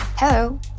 Hello